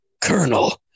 colonel